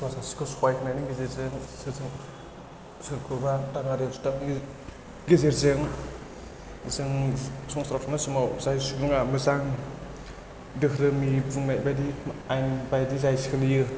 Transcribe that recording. सोरबा सासेखौ सहाय होनायनि गेजेरजों सोरखौबा दाङा गेजेरजों जों संसाराव थानाय समाव जाय सुबुङा मोजां धोरोमनि बुंनाय बायदि आयेन बायदि जाय सोलियो